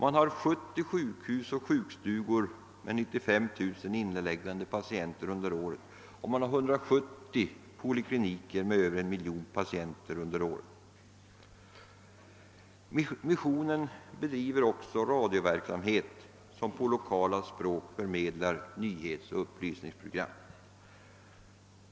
Man har 70 sjukhus och sjukstugor med 95 000 inneliggande patienter under året och man har också 170 polikliniker med över 1 miljon patienter per år. Missionen bedriver också radioverksamhet, som på lokala språk förmedlar nyhetsoch upplysningsprogram.